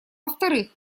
вторых